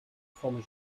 formule